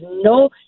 no